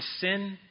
sin